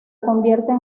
convierten